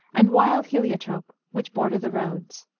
and wild heliotrope, which border the roads.